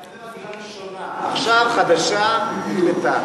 אני מדבר על דירה ראשונה, עכשיו, חדשה, בדיוק.